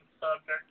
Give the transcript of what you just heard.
subject